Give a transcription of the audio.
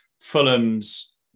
Fulham's